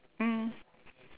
mm